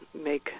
make